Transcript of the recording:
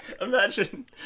Imagine